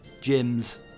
gyms